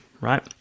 right